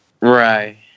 Right